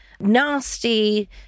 nasty